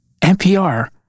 NPR